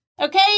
Okay